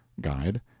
Guide